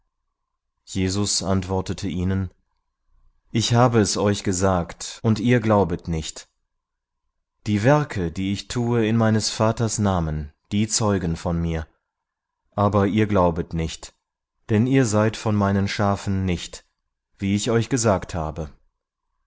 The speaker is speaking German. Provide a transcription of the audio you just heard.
jesus antwortete ihnen ich habe es euch gesagt und ihr glaubet nicht die werke die ich tue in meines vaters namen die zeugen von mir aber ihr glaubet nicht denn ihr seid von meinen schafen nicht wie ich euch gesagt habe